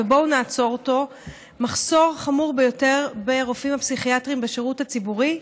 בנושא: מחסור חמור בפסיכיאטרים בבתי החולים הציבוריים,